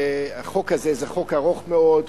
החוק הזה הוא חוק ארוך מאוד,